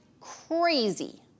crazy